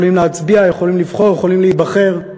יכולים להצביע, יכולים לבחור, יכולים להיבחר,